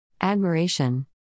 Admiration